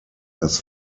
dass